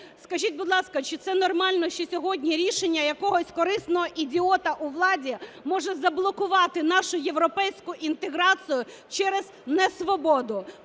Скажіть, будь ласка, чи це нормально, що сьогодні рішення якогось корисного ідіота у владі може заблокувати нашу європейську інтеграцію через несвободу,